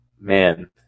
man